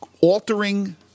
altering